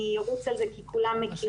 אני ארוץ על זה כי כולם מכירים.